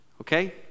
Okay